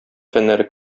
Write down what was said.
фәннәре